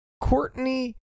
courtney